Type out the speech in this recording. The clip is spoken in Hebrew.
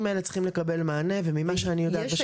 האלה צריכים לקבל מענה וממה שאני יודעת בשטח.